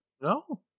No